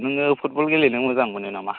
नोङो फुटबल गेलेनो मोजां मोनो नामा